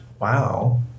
Wow